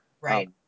Right